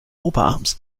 oberarms